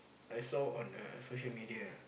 I saw on the social media ah